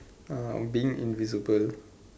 uh being invisible